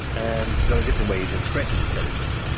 and there are different ways of expressing intelligence.